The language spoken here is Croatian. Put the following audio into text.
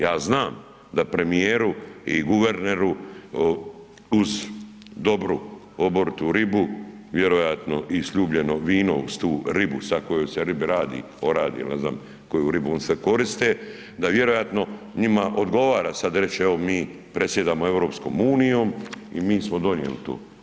Ja znam da premijeru i guverneru uz dobru oboritu ribu, vjerojatno i sljubljeno vino uz tu ribu sad o kojoj se ribi radi, oradi ili ne znam koju ribu oni sad koriste, da vjerojatno njima odgovara sad reći evo mi predsjedamo EU i mi smo donijeli to.